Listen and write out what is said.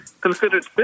considered